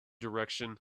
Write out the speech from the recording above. direction